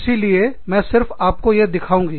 इसीलिए मैं सिर्फ आपको यह दिखाऊंगी